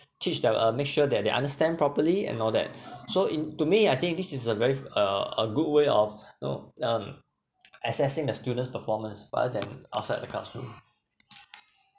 teach them uh make sure that they understand properly and all that so in to me I think this is a very f~ uh a good way of know um assessing the students' performance rather than outside the classroom